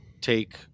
take